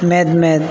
ᱢᱮᱫ ᱢᱮᱫ